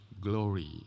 glory